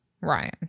Ryan